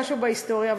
משהו בהיסטוריה,